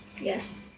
yes